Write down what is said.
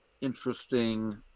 interesting